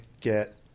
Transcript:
get